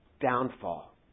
downfall